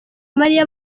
mariya